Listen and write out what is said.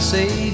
Say